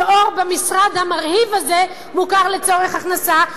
עור במשרד המרהיב הזה מוכר לצורך מס הכנסה,